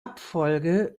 abfolge